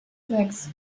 sechs